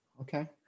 Okay